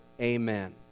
Amen